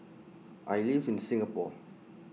I live in Singapore